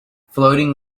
floating